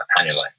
annually